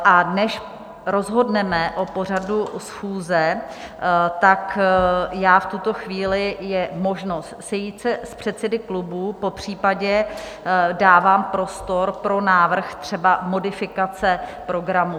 A než rozhodneme o pořadu schůze, tak v tuto chvíli je možnost sejít se s předsedy klubů, popřípadě dávám prostor pro návrh, třeba modifikace programu.